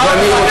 תגנה את זה